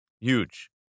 huge